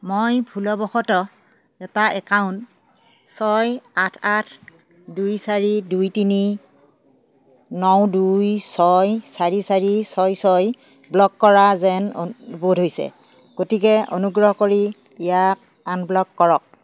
মই ভুলবশতঃ এটা একাউণ্ট ছয় আঠ আঠ দুই চাৰি দুই তিনি ন দুই ছয় চাৰি চাৰি ছয় ছয় ব্লক কৰা যেন অন বোধ হৈছে গতিকে অনুগ্ৰহ কৰি ইয়াক আনব্লক কৰক